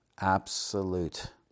absolute